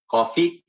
Coffee